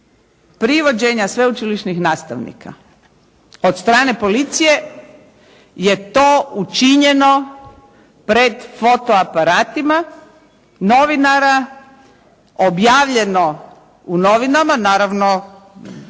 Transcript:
privođenja sveučilišnih nastavnika od strane policije je to učinjeno pred fotoaparatima novinara, objavljeno u novinama naravno